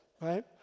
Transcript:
right